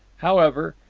however,